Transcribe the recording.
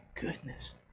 goodness